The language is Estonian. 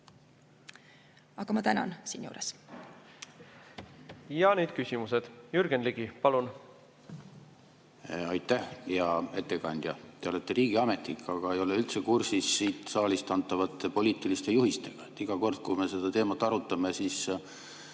Jürgen Ligi, palun! Ja nüüd küsimused. Jürgen Ligi, palun! Aitäh! Hea ettekandja! Te olete riigiametnik, aga ei ole üldse kursis siit saalist antavate poliitiliste juhistega. Iga kord, kui me seda teemat arutame, laekub